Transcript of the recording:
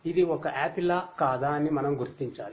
ఇది ఒక ఆపిలా కాదా అని మనం గుర్తించాలి